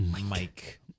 Mike